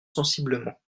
sensiblement